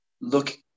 look